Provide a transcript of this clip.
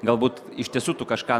galbūt iš tiesų tu kažką